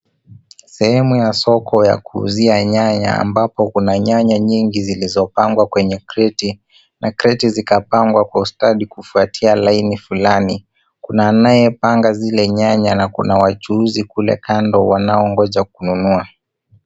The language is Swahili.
Sehemu ya soko ya kuuzia nyanya ambapo kuna nyanya nyingi zilizopangwa kwenye kreti. Na kreti zikapangwa kwa ustadi kufuatia laini fulani. Kuna anayepanga zile nyanya na kuna wachuuzi wanaongoja kununua.